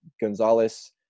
Gonzalez